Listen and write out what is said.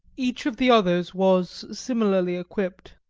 each of the others was similarly equipped.